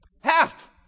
Half